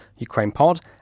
ukrainepod